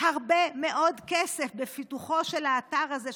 הרבה מאוד כסף בפיתוחו של האתר הזה,